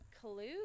clue